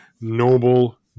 noble